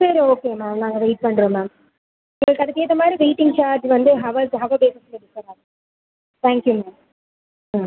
சரி ஓகேங்க மேம் நாங்கள் வெயிட் பண்கிறோம் மேம் உங்களுக்கு அதுக்கு ஏற்ற மாதிரி வெயிட்டிங் சார்ஜ் வந்து ஹவருக்கு ஹவர் பேசிஸில் டிஃபராகும் தேங்க் யூ மேம் ஆ